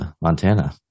Montana